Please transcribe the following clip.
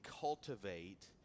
cultivate